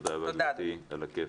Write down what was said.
תודה רבה גברתי, על הכיפאק.